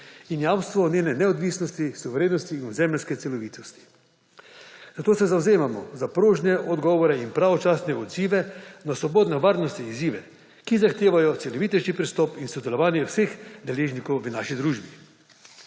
in jamstvo njene neodvisnosti, suverenosti in ozemeljske celovitosti. Zato se zavzemamo za prožne odgovore in pravočasne odzive na sodobne varnostne izzive, ki zahtevajo celovitejši pristop in sodelovanje vseh deležnikov v naši družbi.